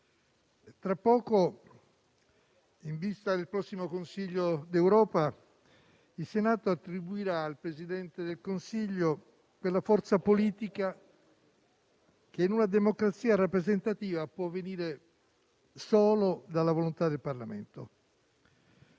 tra poco, in vista del prossimo Consiglio d'Europa, il Senato attribuirà al Presidente del Consiglio quella forza politica che in una democrazia rappresentativa può venire solo dalla volontà del Parlamento.